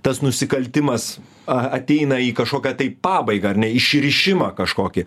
tas nusikaltimas ateina į kažkokią tai pabaigą ar ne išrišimą kažkokį